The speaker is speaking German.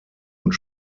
und